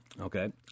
Okay